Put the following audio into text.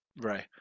Right